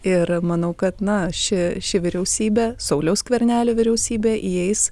ir manau kad na ši ši vyriausybė sauliaus skvernelio vyriausybė įeis